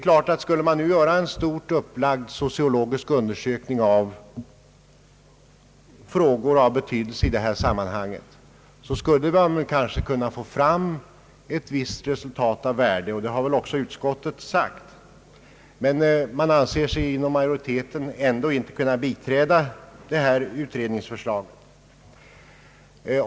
En stort upplagd sociologisk undersökning av frågor som är av betydelse i detta sammanhang skulle kanske kunna ge ett visst resultat av värde. Det har också utskottets majoritet framhållit, men anser sig ändå inte kunna biträda detta utredningsförslag.